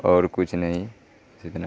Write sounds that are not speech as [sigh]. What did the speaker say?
اور کچھ نہیں [unintelligible]